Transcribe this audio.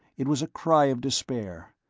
it was a cry of despair.